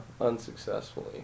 unsuccessfully